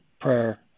prayer